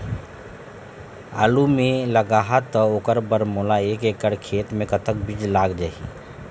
आलू मे लगाहा त ओकर बर मोला एक एकड़ खेत मे कतक बीज लाग ही?